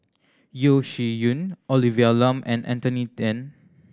Yeo Shih Yun Olivia Lum and Anthony Then